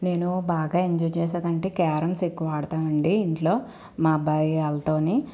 నేను బాగా ఎంజాయ్ చేసేదంటే క్యారమ్స్ ఎక్కువగా ఆడుతామండి ఇంట్లో మా అబ్బాయి వాళ్ళతోటి